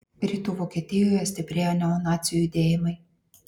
rytų vokietijoje stiprėja neonacių judėjimai